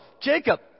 Jacob